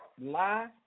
lie